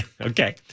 Okay